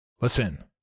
Listen